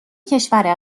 کشور